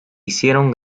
hicieron